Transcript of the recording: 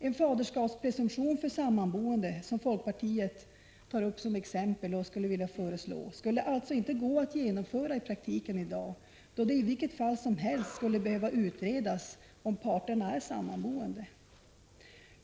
En faderskapspresumtion för sammanboende, som folkpartiet tar upp som exempel och skulle vilja föreslå, skulle alltså inte gå att genomföra i praktiken i dag, då det i vilket fall som helst skulle behöva utredas om parterna är sammanboende.